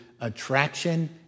attraction